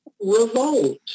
revolt